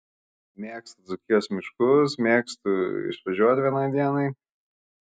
mėgstu dzūkijos miškus mėgstu išvažiuoti vienai dienai